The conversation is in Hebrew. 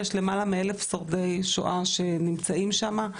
יש למעלה מ-1000 שורדי שואה שנמצאים שם.